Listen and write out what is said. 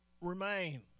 remain